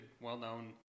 well-known